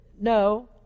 no